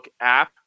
app